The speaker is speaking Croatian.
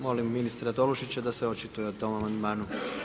Molim ministra Tolušića da se očituje o tom amandmanu.